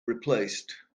replaced